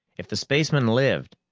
if the spaceman lived,